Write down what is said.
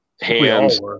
hands